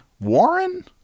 Warren